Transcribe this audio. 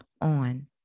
on